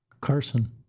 Carson